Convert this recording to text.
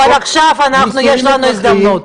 אבל עכשיו יש לנו הזדמנות.